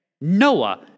Noah